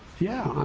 yeah.